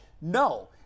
No